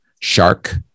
Shark